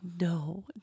no